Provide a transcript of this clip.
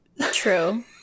True